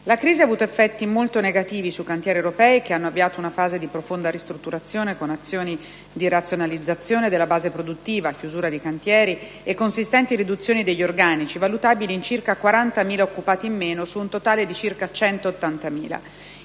La crisi ha avuto effetti molto negativi sui cantieri europei che hanno avviato una fase di profonda ristrutturazione con azioni di razionalizzazione della base produttiva - chiusura di cantieri - e consistenti riduzioni degli organici, valutabili in circa 40.000 occupati in meno, su un totale di circa 180.000.